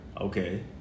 Okay